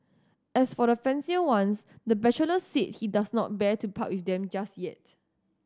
as for the fancier ones the bachelor said he does not bear to part with them just yet